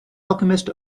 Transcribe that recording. alchemist